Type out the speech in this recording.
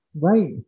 Right